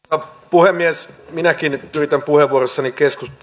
puhemies minäkin yritän puheenvuorossani